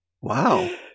Wow